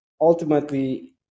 ultimately